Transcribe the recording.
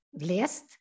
list